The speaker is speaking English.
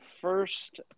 first